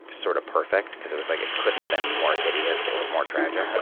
sort of perfect cause it was, like, it couldn't have been more hideous or more tragic